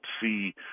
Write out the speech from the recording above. see